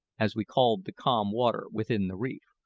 as we called the calm water within the reef,